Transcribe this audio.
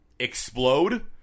Explode